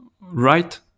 right